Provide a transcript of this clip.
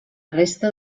resta